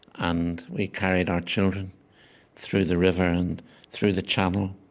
and we carried our children through the river and through the channel,